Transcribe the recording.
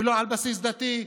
ולא על בסיס דתי,